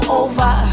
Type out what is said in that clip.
over